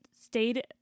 stayed